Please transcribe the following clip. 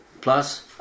plus